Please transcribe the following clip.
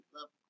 Love